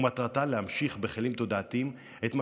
ומטרתן להמשיך בכלים תודעתיים את מה